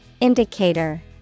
Indicator